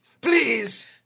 please